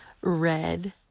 Red